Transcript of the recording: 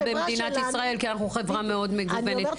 במדינת ישראל כי אנחנו חברה מאוד מגוונת.